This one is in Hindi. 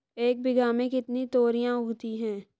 एक बीघा में कितनी तोरियां उगती हैं?